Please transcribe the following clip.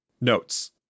Notes